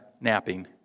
napping